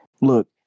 look